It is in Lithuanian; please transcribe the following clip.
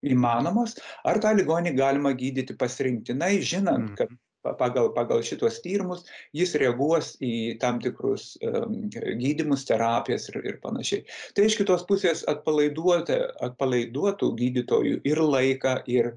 įmanomos ar tą ligonį galima gydyti pasirinktinai žinant kad pagal pagal šituos tyrimus jis reaguos į tam tikrus e gydymus terapijos ir ir panašiai tai iš kitos pusės atpalaiduota atpalaiduotų gydytojui ir laiką ir